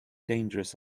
dangerous